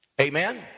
Amen